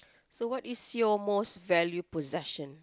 so what is your most valued possession